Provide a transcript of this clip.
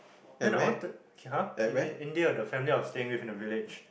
then I wanted okay [huh] in India the family I was staying with in the village